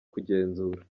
kugenzura